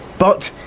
but,